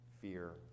fear